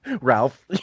ralph